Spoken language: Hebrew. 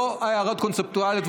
לא הערות קונספטואליות.